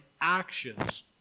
actions